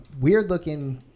weird-looking